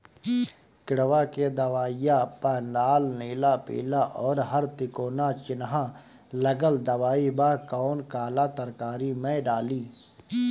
किड़वा के दवाईया प लाल नीला पीला और हर तिकोना चिनहा लगल दवाई बा कौन काला तरकारी मैं डाली?